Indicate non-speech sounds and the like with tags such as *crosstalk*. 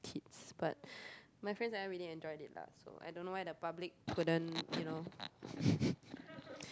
kids but my friends and I really enjoyed it lah so I don't know why the public couldn't you know *breath*